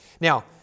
Now